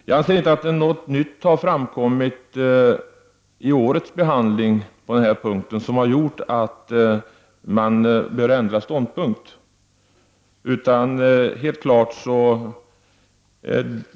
Jag anser inte att något nytt på den här punkten har framkommit vid årets behandling som gjort att man bör ändra ståndpunkt.